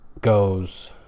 goes